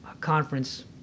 conference